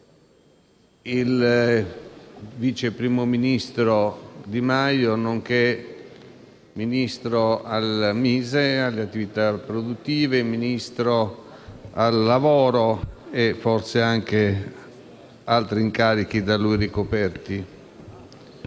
il vice primo ministro Di Maio, nonché Ministro al MISE, alle attività produttive, Ministro del lavoro (e forse anche altri incarichi da lui ricoperti).